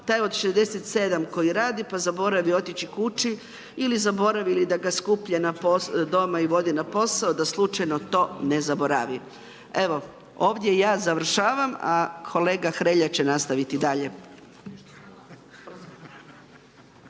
taj od 67. koji radi, pa zaboravi otići kući ili zaboravi ili da ga skuplja doma i vodi na posao, da slučajno to ne zaboravi. Evo ovdje ja završavam, a kolega Hrelja će nastaviti dalje.